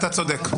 אתה צודק.